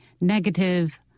negative